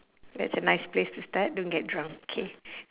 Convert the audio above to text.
that's a nice place to start don't get drunk K